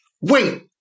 Wait